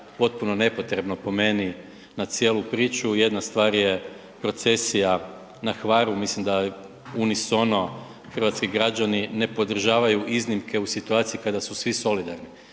potpuno nepotrebno po meni, na cijelu priču. Jedna stvar je procesija na Hvaru, mislim da unis ono hrvatski građani ne podržavaju iznimke u situaciji kada su svi solidarni.